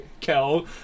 Kel